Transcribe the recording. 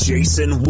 Jason